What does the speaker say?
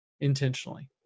intentionally